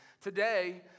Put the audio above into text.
today